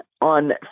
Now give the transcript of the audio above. on